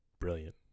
brilliant